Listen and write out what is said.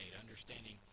understanding